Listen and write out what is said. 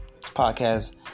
podcast